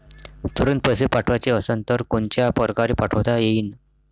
तुरंत पैसे पाठवाचे असन तर कोनच्या परकारे पाठोता येईन?